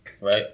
right